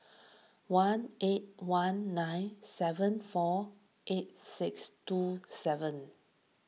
one eight one nine seven four eight six two seven